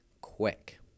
quick